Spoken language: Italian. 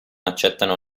accettano